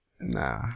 Nah